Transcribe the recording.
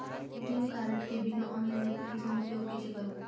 ATM card के बिना online application उपयोग कइसे करो?